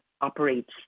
operates